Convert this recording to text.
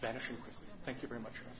fashion thank you very much